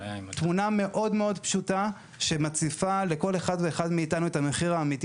תמונה מאוד מאוד פשוטה שמציפה לכל אחד ואחד מאתנו את המחיר האמיתי